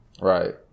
Right